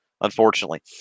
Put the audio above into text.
unfortunately